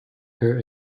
her